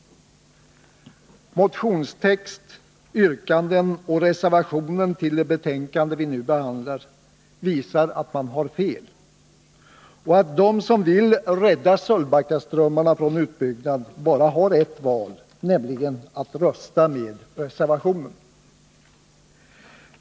Motionstext, yrkanden och reservationen till det betänkande vi nu behandlar visar att man har fel och att de som vill rädda Sölvbackaströmmarna från utbyggnad bara har ett val, nämligen att rösta med reservationen.